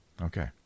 Okay